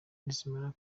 nizimara